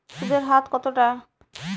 সুদের হার কতটা?